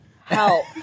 help